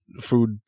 food